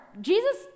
Jesus